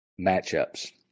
matchups